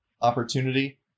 opportunity